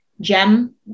gem